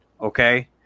Okay